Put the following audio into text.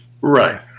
Right